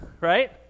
right